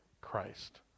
Christ